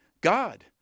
God